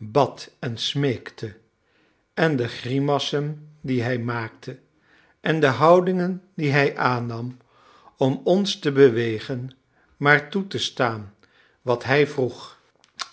bad en smeekte en de grimassen die hij maakte en de houdingen die hij aannam om ons te bewegen maar toe te staan wat hij vroeg